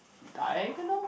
diagonal